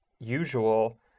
usual